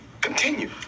continue